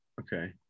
Okay